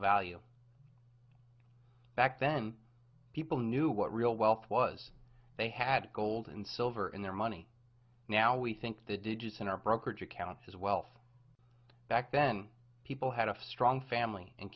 value back then people knew what real wealth was they had gold and silver in their money now we think the digits in our brokerage accounts is wealth back then people had a strong family and